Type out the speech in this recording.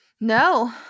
No